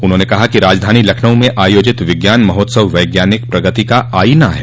उन्होंने कहा कि राजधानी लखनऊ में आयोजित विज्ञान महोत्सव वैज्ञानिक प्रगति का आईना है